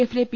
എഫിലെ പി